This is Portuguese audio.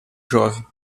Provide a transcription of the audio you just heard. jovem